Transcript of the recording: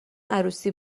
عروسی